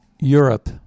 Europe